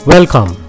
Welcome